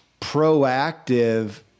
proactive